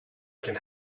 can